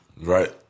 Right